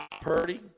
Purdy